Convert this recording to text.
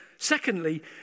Secondly